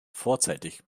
vorzeitig